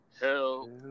help